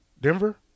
Denver